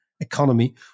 economy